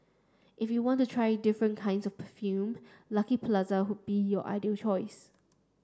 if you want to try different kinds of perfume Lucky Plaza could be your ideal choice